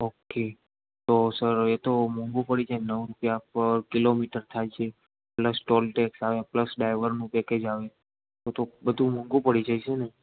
okay તો sir એ તો મોંગું પડી જાયે નવ રૂપિયા પર કિલોમીટર થાયે છે પ્લસ ટોલટેક્ષ આવે પ્લસ ડાઈવરનું પેકેજ આવે તો બધુ મોંગું પડી જાયે છે ને